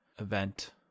event